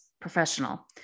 professional